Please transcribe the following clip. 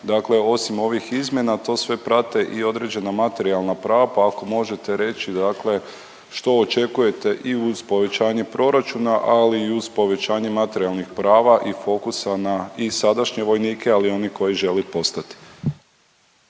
osim ovih izmjena to sve prate i određena materijalna prava, pa ako možete reći dakle što očekujete i uz povećanje proračuna, ali i uz povećanje materijalnih prava i fokusa na i sadašnje vojnike, ali i oni koji želi postati.